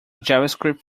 javascript